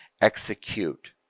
Execute